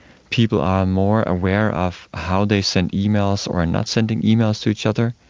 people are more aware of how they send emails or are not sending emails to each other.